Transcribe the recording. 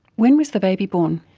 when was the baby born?